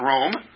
Rome